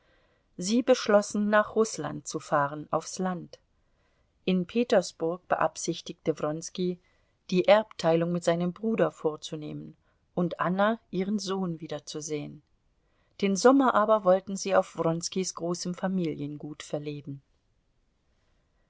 sie beschlossen nach rußland zu fahren aufs land in petersburg beabsichtigte wronski die erbteilung mit seinem bruder vorzunehmen und anna ihren sohn wiederzusehen den sommer aber wollten sie auf wronskis großem familiengut verleben